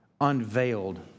unveiled